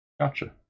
Gotcha